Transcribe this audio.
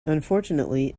unfortunately